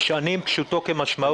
נשב עם הנגיד,